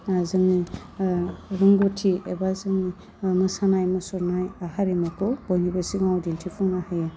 जोंनि रोंगथि एबा जोंनि मोसानाय मुसुरनाय हारिमुखौ बयनिबो सिगाङाव दिन्थिफुंनो हायो